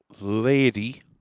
lady